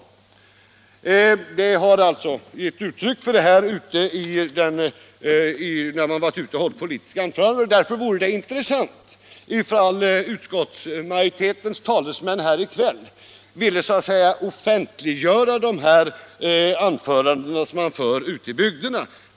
Man har givit uttryck för detta när man har varit ute och hållit politiska anföranden, och det vore därför intressant om utskottets talesmän här i kväll ville så att säga offentliggöra dessa anföranden som man har hållit ute i bygderna.